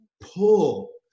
pull